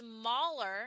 smaller